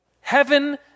Heaven